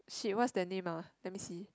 shit what's the name ah let me see